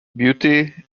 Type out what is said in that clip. beauty